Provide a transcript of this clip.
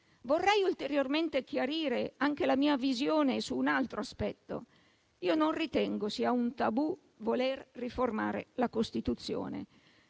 Vorrei ulteriormente chiarire anche la mia visione su un altro aspetto: io non ritengo sia un tabù voler riformare la Costituzione.